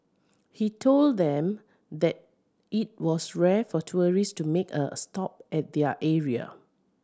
he told them that it was rare for tourist to make a stop at their area